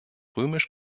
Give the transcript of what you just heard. römisch